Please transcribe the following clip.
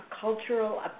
cultural